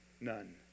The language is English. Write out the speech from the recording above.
none